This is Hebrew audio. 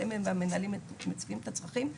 אבל הם והמנהלים מציפים את הצרכים,